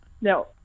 No